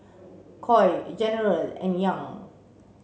Coy General and Young